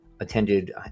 Attended